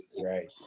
Right